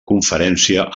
conferència